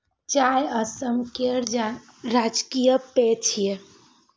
चाय असम केर राजकीय पेय छियै